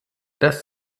das